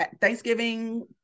Thanksgiving